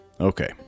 Okay